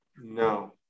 No